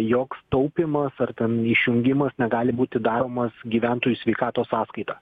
joks taupymas ar ten išjungimas negali būti daromas gyventojų sveikatos sąskaita